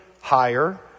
higher